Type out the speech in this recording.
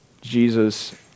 Jesus